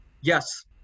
Yes